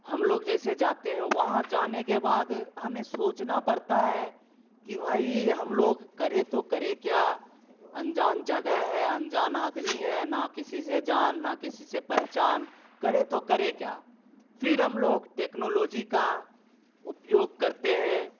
हम लोग जैसे जाते हैं वहाँ जाने के बाद हमें सोचना पड़ता है कि भाई हम लोग करें तो करें क्या अनजान जगह है अनजान आदमी है ना किसी से जान ना किसी से पहचान करें तो करें क्या फ़िर हम लोग टेक्नोलॉजी का उपयोग करते हैं